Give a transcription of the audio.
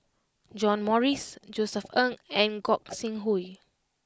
John Morrice Josef Ng and Gog Sing Hooi